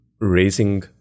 raising